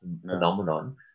phenomenon